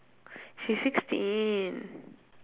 she's sixteen